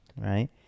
right